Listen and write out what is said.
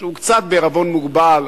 שהוא קצת בעירבון מוגבל,